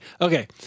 Okay